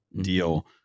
deal